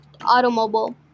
automobile